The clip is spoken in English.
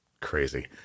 crazy